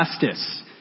justice